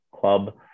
club